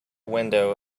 window